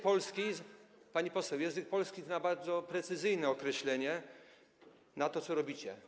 Pani poseł, język polski zna bardzo precyzyjne określenie na to, co robicie.